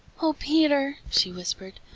oh, peter, she whispered,